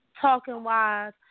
talking-wise